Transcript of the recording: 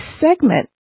segment